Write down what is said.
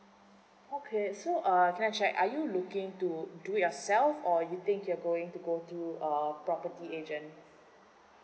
okay so uh can I check are you looking to do yourself or you think you're going to go through a property agent